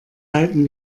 halten